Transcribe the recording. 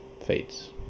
fades